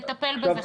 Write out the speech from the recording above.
נטפל בזה.